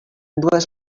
dues